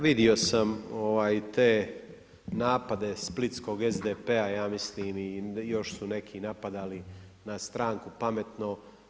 Vidio sam te napade splitskog SDP-a ja mislim i još su neki napadali na stranku Pametno.